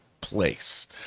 place